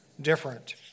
different